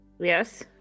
Yes